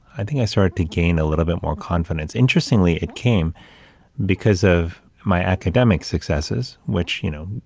i think i started to gain a little bit more confidence. interestingly, it came because of my academic successes, which, you know,